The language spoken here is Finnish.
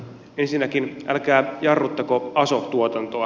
ensinnäkin älkää jarruttako aso tuotantoa